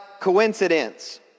coincidence